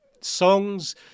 songs